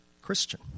Christian